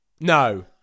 No